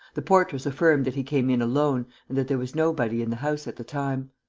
the portress affirmed that he came in alone and that there was nobody in the house at the time.